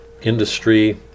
industry